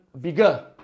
bigger